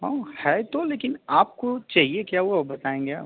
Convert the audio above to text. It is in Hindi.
हाँ है तो लेकिन आपको चाहिये क्या वो बताएँगे आप